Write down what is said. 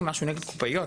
אין לי משהו נגד קופאיות,